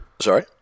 Sorry